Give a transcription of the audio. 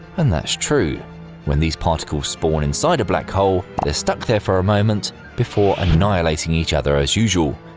and that's true when these particles spawn inside a black hole. they're stuck there for a moment before annihilating each other as usual.